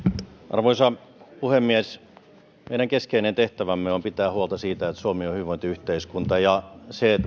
arvoisa puhemies meidän keskeinen tehtävämme on pitää huolta siitä että suomi on hyvinvointiyhteiskunta ja